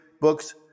books